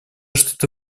что